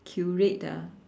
Curate ah